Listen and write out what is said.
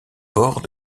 bord